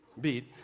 beat